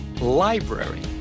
library